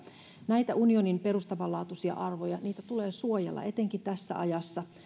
näitä unionin perustavanlaatuisia arvoja tulee suojella etenkin tässä ajassa